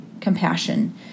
compassion